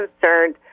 concerned